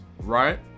right